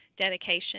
dedication